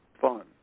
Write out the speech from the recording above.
fun